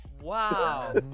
Wow